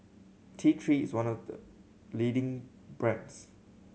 T Three is one of the leading brands